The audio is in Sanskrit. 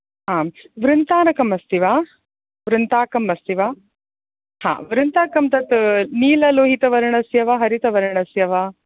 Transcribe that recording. आम् वृन्तानकम् अस्ति वा वृन्ताकम् अस्ति वा आम् वृन्ताकं तद् नीललोहितवर्णस्य वा हरितवर्णस्य वा